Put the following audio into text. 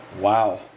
Wow